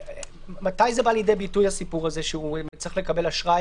מתי בא לידי ביטוי הסיפור הזה שהוא צריך לקבל אשראי